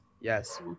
yes